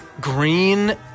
green